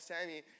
Sammy